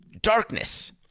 darkness